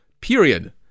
Period